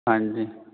ਹਾਂਜੀ